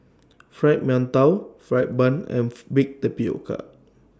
Fried mantou Fried Bun and Baked Tapioca